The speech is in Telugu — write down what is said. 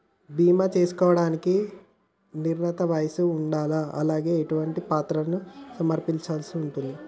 బీమా చేసుకోవడానికి నిర్ణీత వయస్సు ఉండాలా? అలాగే ఎటువంటి పత్రాలను సమర్పించాల్సి ఉంటది?